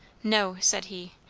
no, said he,